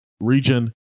region